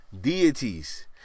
deities